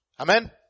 Amen